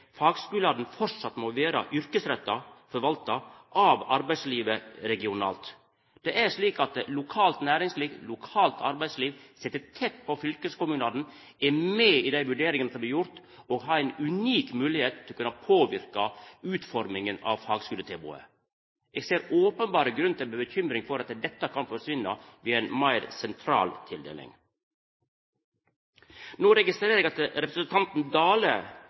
må vera yrkesretta forvalta av arbeidslivet regionalt. Det er slik at lokalt næringsliv og lokalt arbeidsliv sit tett på fylkeskommunane, er med i dei vurderingane som blir gjorde, og har ei unik moglegheit til å påverka utforminga av fagskuletilbodet. Eg ser ein openberr grunn til bekymring for at dette kan forsvinna ved ei meir sentral tildeling. No registrerer eg at representanten Dale